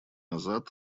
назад